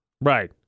Right